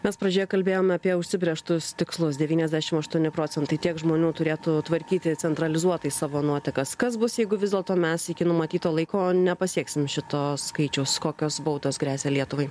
mes pradžioje kalbėjome apie užsibrėžtus tikslus devyniasdešim aštuoni procentai tiek žmonių turėtų tvarkyti centralizuotai savo nuotekas kas bus jeigu vis dėlto mes iki numatyto laiko nepasieksim šito skaičiaus kokios baudos gresia lietuvai